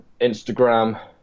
Instagram